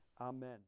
Amen